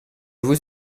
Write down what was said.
vous